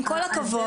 ההבדל,